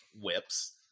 whips